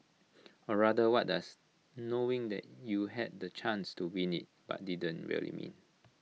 or rather what does knowing that you had the chance to win IT but didn't really mean